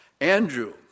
Andrew